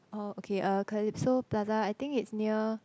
oh okay uh Calypso-Plaza I think it's near